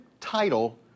title